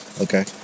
Okay